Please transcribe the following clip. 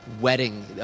wedding